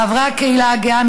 חברי הקהילה הגאה,